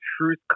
truth